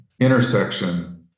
Intersection